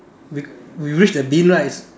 we we reach the bin right